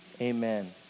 Amen